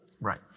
Right